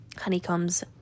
honeycombs